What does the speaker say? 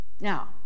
Now